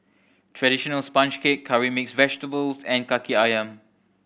traditional sponge cake curry mix vegetables and Kaki Ayam